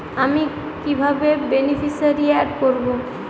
আমি কিভাবে beneficiary add করব?